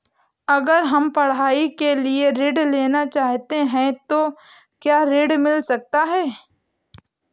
अगर हम पढ़ाई के लिए ऋण लेना चाहते हैं तो क्या ऋण मिल सकता है?